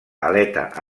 aleta